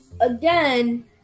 again